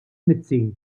mizzi